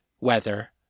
weather